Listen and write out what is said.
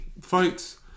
fights